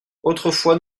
autrefois